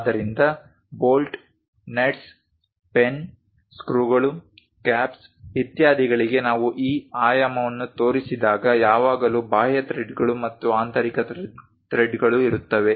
ಆದ್ದರಿಂದ bolt nuts pen ಸ್ಕ್ರೂಗಳು caps ಇತ್ಯಾದಿಗಳಿಗೆ ನಾವು ಈ ಆಯಾಮವನ್ನು ತೋರಿಸಿದಾಗ ಯಾವಾಗಲೂ ಬಾಹ್ಯ ಥ್ರೆಡ್ಗಳು ಮತ್ತು ಆಂತರಿಕ ಥ್ರೆಡ್ಗಳು ಇರುತ್ತವೆ